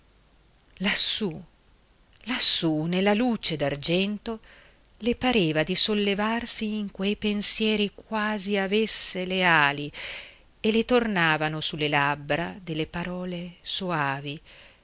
lassù lassù nella luce d'argento le pareva di sollevarsi in quei pensieri quasi avesse le ali e le tornavano sulle labbra delle parole soavi